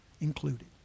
included